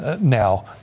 now